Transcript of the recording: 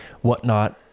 whatnot